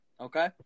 okay